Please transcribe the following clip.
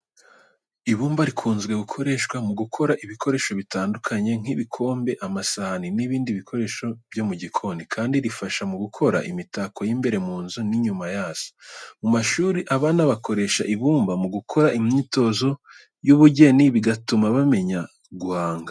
Ibumba rikunze gukoreshwa mu gukora ibikoresho bitandukanye nk'ibikombe, amasahani, n'ibindi bikoresho byo mu gikoni. Kandi rifasha mu gukora imitako y'imbere mu nzu n'inyuma yazo. Mu mashuri abana bakoresha ibumba mu gukora imyitozo y'ubugeni, bigatuma bamenya guhanga.